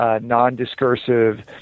non-discursive